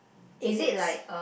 eight legs